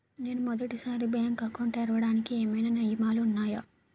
నేను మొదటి సారి బ్యాంక్ అకౌంట్ తెరవడానికి ఏమైనా నియమాలు వున్నాయా?